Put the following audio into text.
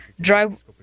drive